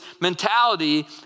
mentality